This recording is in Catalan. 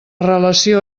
relació